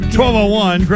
1201